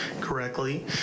correctly